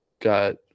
got